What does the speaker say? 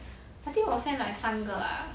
I think 我 send like 三个 lah